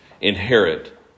inherit